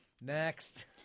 Next